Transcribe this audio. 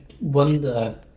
wonder